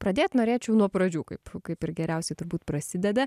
pradėt norėčiau nuo pradžių kaip kaip ir geriausiai turbūt prasideda